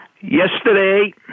Yesterday